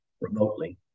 remotely